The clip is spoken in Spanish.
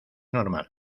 normal